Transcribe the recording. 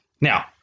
Now